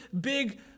big